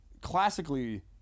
classically